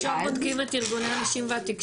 אנחנו עכשיו בודקים את ארגוני הנשים והתקשורת,